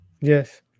Yes